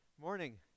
morning